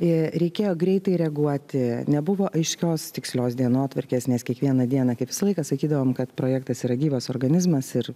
ė reikėjo greitai reaguoti nebuvo aiškios tikslios dienotvarkės nes kiekvieną dieną kaip visą laiką sakydavome kad projektas yra gyvas organizmas ir